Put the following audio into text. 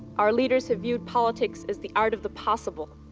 our leaders have viewed politics as the art of the possible.